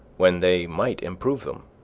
when they might improve them.